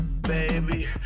baby